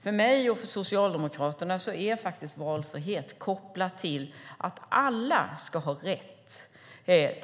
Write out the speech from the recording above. För mig och Socialdemokraterna är faktiskt valfrihet kopplat till att alla ska ha rätt,